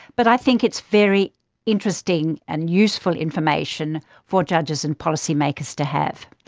but i think it's very interesting and useful information for judges and policymakers to have.